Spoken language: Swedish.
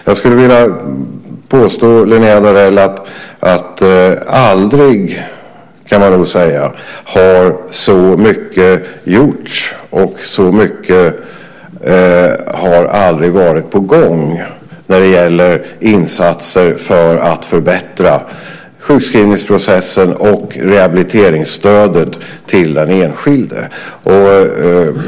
Jag skulle vilja påstå, Linnéa Darell, att aldrig har så mycket gjorts och aldrig har så mycket varit på gång när det gäller insatser för att förbättra sjukskrivningsprocessen och rehabiliteringsstödet till den enskilde.